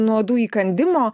nuo uodų įkandimo